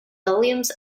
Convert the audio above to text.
williams